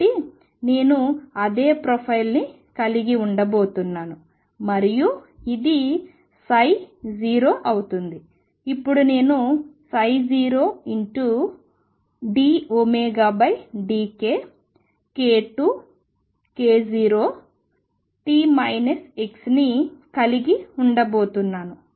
కాబట్టి నేను అదే ప్రొఫైల్ని కలిగి ఉండబోతున్నాను మరియు ఇది 0 అవుతుంది ఇప్పుడు నేను 0|dωdk|k0t x ని కలిగి ఉండబోతున్నాను